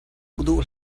duh